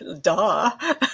Duh